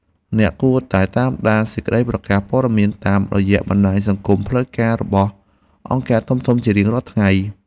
អ្នកគួរតែតាមដានសេចក្តីប្រកាសព័ត៌មានតាមរយៈបណ្តាញសង្គមផ្លូវការរបស់អង្គការធំៗជារៀងរាល់ថ្ងៃ។